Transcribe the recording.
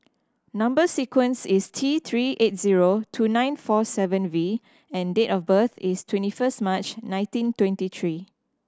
number sequence is T Three eight zero two nine four seven V and date of birth is twenty first March nineteen twenty three